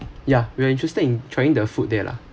ya we are interested in trying the food there lah